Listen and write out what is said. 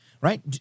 right